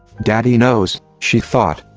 daddy knows, she thought.